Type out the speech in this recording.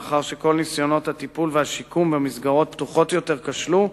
לאחר שכל ניסיונות הטיפול והשיקום במסגרות פתוחות יותר כשלו,